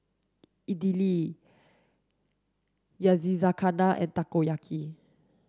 Idili Yakizakana and Takoyaki